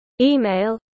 email